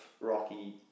Rocky